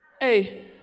Hey